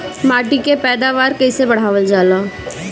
माटी के पैदावार कईसे बढ़ावल जाला?